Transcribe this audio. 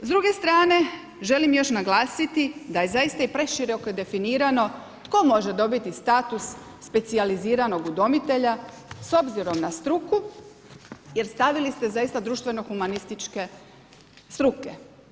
S druge strane želim još naglasiti da je zaista i preširoko definirano tko može dobiti status specijaliziranog udomitelja s obzirom na struku, jer stavili ste zaista društveno-humanističke struke.